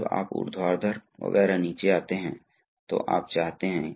तो फिर यह तरल पदार्थ इसके माध्यम से बहेगा और हम समय के साथ बाहर निकल जाएंगे